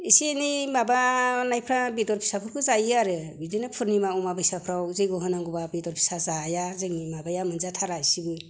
एसे एनै माबानायफोरा बेदर फिसाफोरखौ जायो आरो बिदिनो फुर्निमा अमाबस्याफोराव जग्य' होनांगौबा बेदर फिसा जाया जोंनि माबाया मोनजाथारा एसेबो